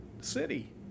city